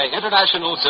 International